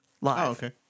Live